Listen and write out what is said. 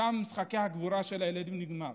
שם משחקי הגבורה של הילדים נגמרו,